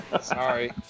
sorry